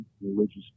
religious